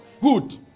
Good